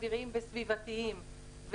אוויריים וסביבתיים,